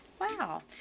Wow